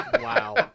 Wow